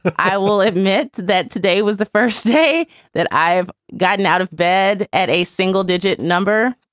i will admit that today was the first day that i've gotten out of bed at a single digit number